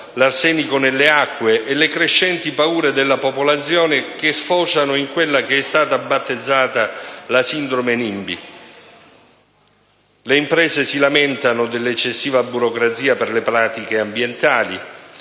l'arsenico nelle acque e le crescenti paure della popolazione, che sfociano in quella che è stata battezzata la sindrome NIMBY. Le imprese si lamentano dell'eccessiva burocrazia richiesta dalle pratiche ambientali;